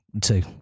two